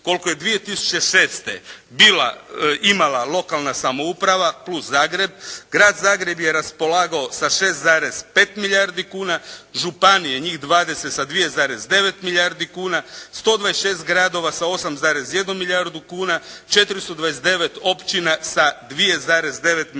koliko je 2006. bila, imala lokalna samouprava plus Zagreb, Grad Zagreb je raspolagao sa 6,5 milijardi kuna, županije njih 20 sa 2,9 milijardi kuna, 126 gradova sa 8,1 milijardu kuna, 429 općina sa 2,9 milijardi kuna.